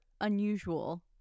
unusual